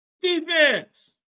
defense